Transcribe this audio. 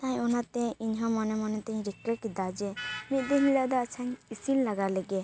ᱛᱟᱭ ᱚᱱᱟᱛᱮ ᱤᱧᱦᱚᱸ ᱢᱚᱱᱮ ᱢᱚᱱᱮ ᱛᱤᱧ ᱨᱤᱠᱟᱹ ᱠᱮᱫᱟ ᱡᱮ ᱢᱤᱫ ᱫᱤᱱ ᱦᱤᱞᱚᱜ ᱫᱚ ᱟᱪᱪᱷᱟᱧ ᱤᱥᱤᱱ ᱞᱮᱜᱟ ᱞᱮᱜᱮ